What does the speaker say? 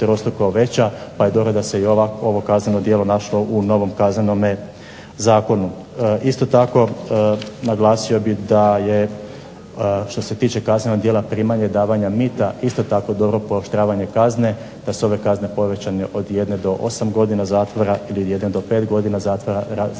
pa je dobro da se i ovo kazneno djelo našlo u novom Kaznenom zakonu. Isto tako naglasio bih da je što se tiče kaznenog djela primanja i davanja mita isto tako dobro pooštravanje kazne, da su ove kazne povećane od 1 do 8 godina zatvora ili 1 do 5 godina zatvora, zavisno